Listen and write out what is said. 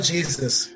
Jesus